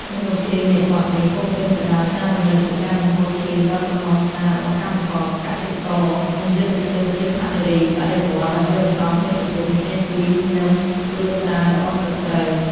ទំនុកច្រៀងនៃបទនេះពោរពេញទៅដោយការរំលឹកពីការបង្ហូរឈាមដ៏ក្រហមច្រាលរបស់កម្មករ កសិករ និងយុទ្ធជនយុទ្ធនារីបដិវត្តន៍ ដើម្បីរំដោះមាតុភូមិចេញពីនឹមត្រួតត្រារបស់សត្រូវ។